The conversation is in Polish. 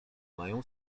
mają